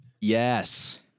Yes